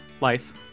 life